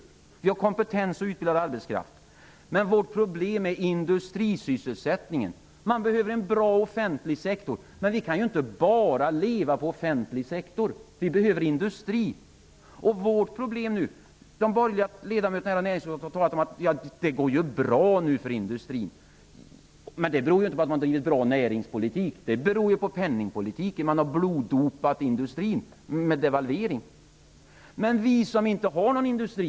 Där finns kompetens och utbildad arbetskraft. Problemet är industrisysselsättningen. Det behövs en bra offentlig sektor, men vi kan inte bara leva på den offentliga sektorn. Vi behöver industrin. De borgerliga ledamöterna i näringsutskottet har sagt att det nu går bra för industrin. Det beror inte på att det bedrivs en bra näringspolitik. Det beror på penningpolitiken. Man har bloddopat industrin med devalvering. Tänk på oss som inte har någon industri!